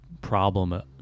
problem